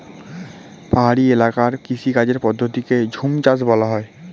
পাহাড়ি এলাকার কৃষিকাজের পদ্ধতিকে ঝুমচাষ বলা হয়